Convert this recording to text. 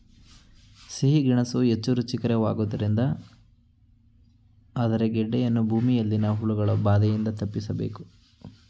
ಸಿಹಿ ಗೆಣಸು ಹೆಚ್ಚು ರುಚಿಯಾಗಿರುವುದರಿಂದ ಆದರೆ ಗೆಡ್ಡೆಯನ್ನು ಭೂಮಿಯಲ್ಲಿನ ಹುಳಗಳ ಬಾಧೆಯಿಂದ ತಪ್ಪಿಸಬೇಕು